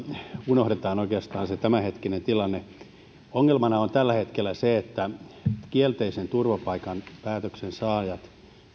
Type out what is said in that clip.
unohdetaan oikeastaan se tämänhetkinen tilanne ongelmana on tällä hetkellä se että kielteisen turvapaikkapäätöksen saajat